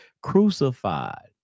crucified